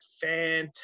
fantastic